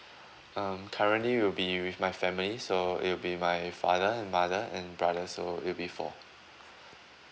um currently will be with my family so it will be my father and mother and brother so it will be four